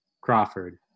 Crawford